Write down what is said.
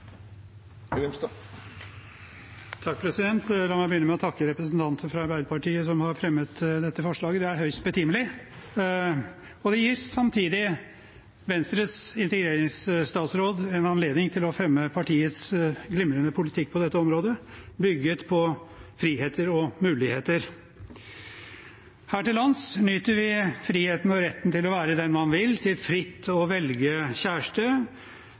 å takke representantene fra Arbeiderpartiet som har fremmet dette forslaget. Det er høyst betimelig. Det gir samtidig Venstres integreringsstatsråd en anledning til å fremme partiets glimrende politikk på dette området, som er bygd på friheter og muligheter. Her til lands nyter vi friheten og retten til å være den man vil – til fritt å velge